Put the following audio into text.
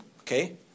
Okay